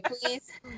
please